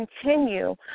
continue